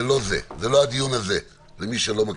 זה לא זה, זה לא הדיון הזה, למי שלא מכיר.